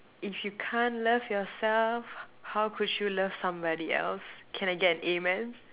if you can't love yourself how could you love somebody else can I get an amen